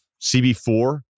CB4